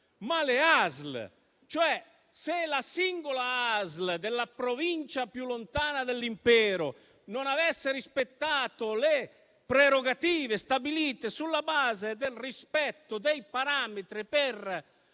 ma le ASL. Se la singola ASL della Provincia più lontana dell'impero non avesse rispettato le prerogative stabilite sulla base del rispetto dei parametri per